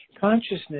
Consciousness